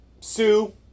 Sue